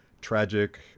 tragic